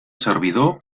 servidor